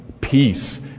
peace